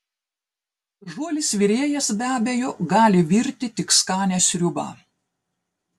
žuolis virėjas be abejo gali virti tik skanią sriubą